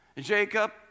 Jacob